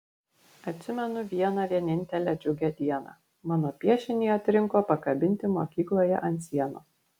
atsimenu vieną vienintelę džiugią dieną mano piešinį atrinko pakabinti mokykloje ant sienos